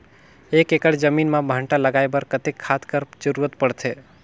एक एकड़ जमीन म भांटा लगाय बर कतेक खाद कर जरूरत पड़थे?